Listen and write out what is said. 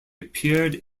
appeared